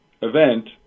event